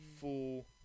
full